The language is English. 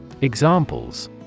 Examples